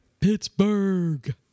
Pittsburgh